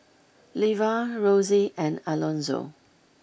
Levar Rosie and Alonzo